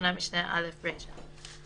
תקנת משנה (א) רישה.